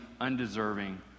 undeserving